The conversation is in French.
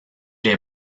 est